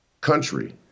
country